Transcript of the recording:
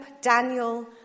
Daniel